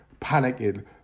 panicking